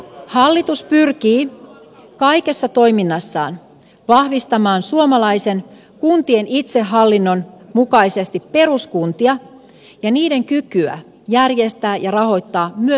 hallitus pyrkii kaikessa toiminnassaan vahvistamaan suomalaisen kuntien itsehallinnon mukaisesti peruskuntia ja niiden kykyä järjestää ja rahoittaa myös sosiaali ja terveyspalveluita